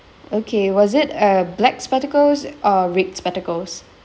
okay was it a black spectacles or red spectacles